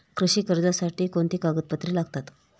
कृषी कर्जासाठी कोणती कागदपत्रे लागतात?